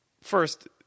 First